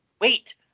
wait